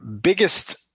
biggest